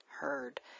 heard